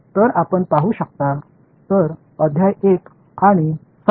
तर आपण पाहू शकता तर अध्याय 1 आणि 7